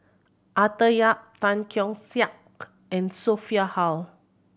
Arthur Yap Tan Keong Saik and Sophia Hull